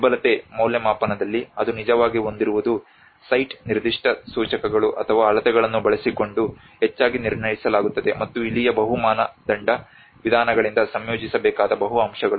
ದುರ್ಬಲತೆ ಮೌಲ್ಯಮಾಪನದಲ್ಲಿ ಅದು ನಿಜವಾಗಿ ಹೊಂದಿರುವುದು ಸೈಟ್ ನಿರ್ದಿಷ್ಟ ಸೂಚಕಗಳು ಅಥವಾ ಅಳತೆಗಳನ್ನು ಬಳಸಿಕೊಂಡು ಹೆಚ್ಚಾಗಿ ನಿರ್ಣಯಿಸಲಾಗುತ್ತದೆ ಮತ್ತು ಇಲ್ಲಿಯೇ ಬಹು ಮಾನದಂಡ ವಿಧಾನಗಳಿಂದ ಸಂಯೋಜಿಸಬೇಕಾದ ಬಹು ಅಂಶಗಳು